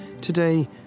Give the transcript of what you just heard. today